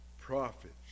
prophets